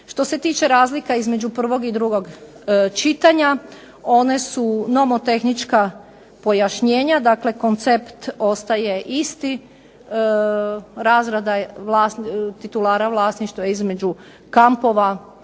Što se tiče razlika između prvog i drugog čitanja, one su nomotehnička pojašnjenja, dakle koncept ostaje isti, razrada titulara vlasništva između kampova,